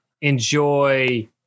enjoy